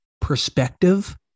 perspective